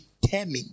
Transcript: determine